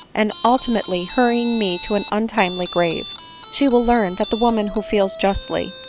and ultimately hurrying me to an untimely grave she will learn that the woman who feels justly,